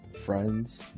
friends